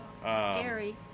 scary